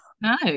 no